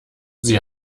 sie